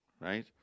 right